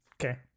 Okay